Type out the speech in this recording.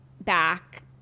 back